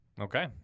Okay